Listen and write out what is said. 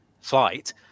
flight